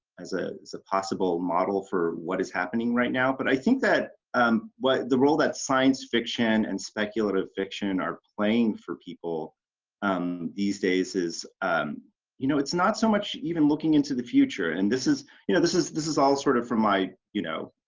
as ah a possible model for what is happening right now, but i think that um what the role that science fiction and speculative fiction are playing for people um these days is um you know, it's not so much even looking into the future and this is you know, this is this is all sort of from my, you know,